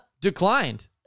Declined